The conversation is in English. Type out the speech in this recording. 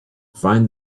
find